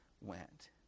went